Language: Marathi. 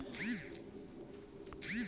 मातीचा पोत पिकाईच्या वाढीवर कसा परिनाम करते?